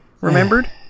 remembered